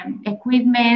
equipment